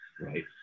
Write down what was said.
right